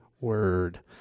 word